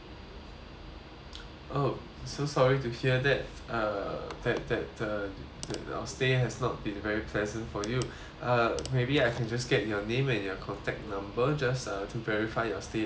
oh so sorry to hear that uh that that the our stay has not been very pleasant for you uh maybe I can just get your name and your contact number just uh to verify your stay as our customer